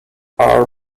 are